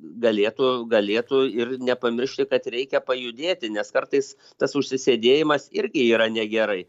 galėtų galėtų ir nepamiršti kad reikia pajudėti nes kartais tas užsisėdėjimas irgi yra negerai